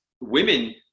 women